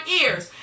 ears